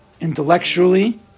intellectually